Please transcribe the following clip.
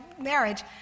marriage